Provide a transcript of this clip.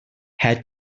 had